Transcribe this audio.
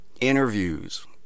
interviews